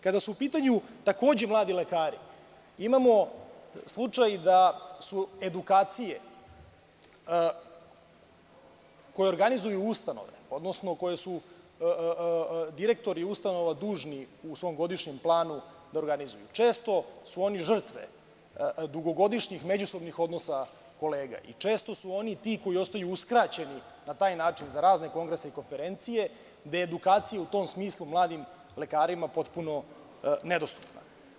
Kada su u pitanju, takođe, mladi lekari, imamo slučaj da su edukacije koje organizuju ustanove, odnosno koje su direktori ustanova dužni u svom godišnjem planu da organizuju, često su oni žrtve dugogodišnjih međusobnih odnosa kolega i često su oni ti koji ostaju uskraćeni na taj način za razne kongrese i konferencije, gde je edukacija u tom smislu mladim lekarima potpuno nedostupna.